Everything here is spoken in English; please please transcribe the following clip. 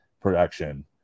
production